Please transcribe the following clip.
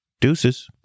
deuces